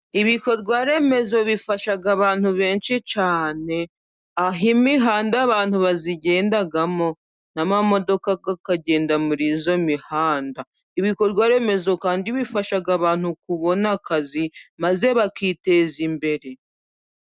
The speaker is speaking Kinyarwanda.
Ibikorwa remezo bifasha abantu benshi cyane aho imihanda abantu bayigendamo n'amamodoka akagenda muri iyo mihanda. Ibikorwa remezo kandi bifasha abantu kubona akazi maze bakiteza imbere.